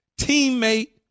teammate